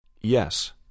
Yes